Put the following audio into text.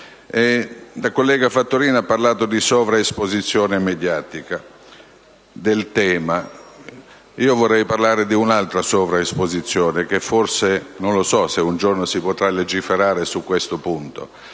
La collega Fattorini ha parlato di sovraesposizione mediatica del tema. Vorrei parlare di un'altra sovraesposizione, anche se non so se un giorno si potrà legiferare su questo punto: